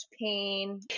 pain